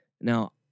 Now